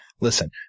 Listen